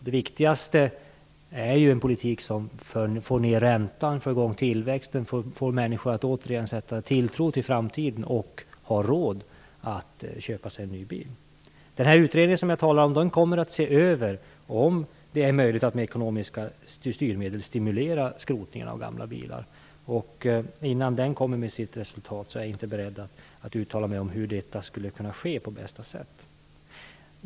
Det viktigaste är ju att det förs en politik som gör att räntan går ned, att tillväxten kommer i gång och att människor återigen sätter tilltro till framtiden och får råd att köpa sig en ny bil. Den utredning som jag talade om kommer att se över om det är möjligt att med ekonomiska styrmedel stimulera skrotningarna av gamla bilar. Innan den kommer med sitt resultat är jag inte beredd att uttala mig om hur detta på bästa sätt skulle kunna ske.